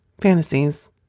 fantasies